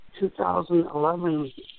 2011